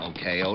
Okay